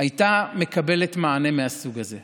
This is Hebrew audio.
הייתה מקבלת מענה מהסוג הזה.